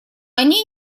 они